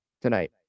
tonight